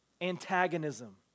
antagonism